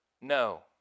No